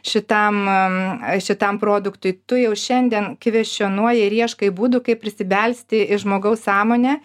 šitam šitam produktui tu jau šiandien kvestionuoji ir ieškai būdų kaip prisibelsti į žmogaus sąmonę